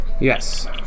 Yes